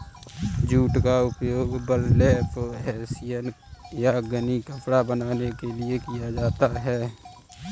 jute का उपयोग burlap hessian या गनी कपड़ा बनाने के लिए किया जाता है